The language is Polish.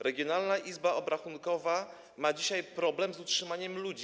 Regionalna izba obrachunkowa ma dzisiaj problem z utrzymaniem ludzi.